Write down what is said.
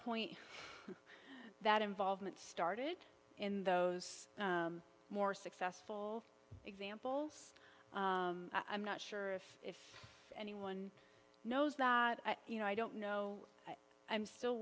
point that involvement started in those more successful examples i'm not sure if if anyone knows that you know i don't know i'm still